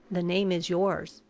the name is yours.